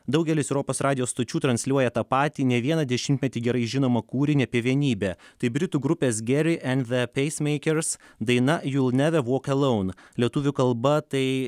daugelis europos radijo stočių transliuoja tą patį ne vieną dešimtmetį gerai žinomą kūrinį apie vienybę tai britų grupės gerry and the pacemakers daina you will never walk alone lietuvių kalba tai